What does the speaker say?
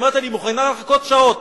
אני מוכנה לחכות שעות.